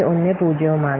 10 ഉം ആണ്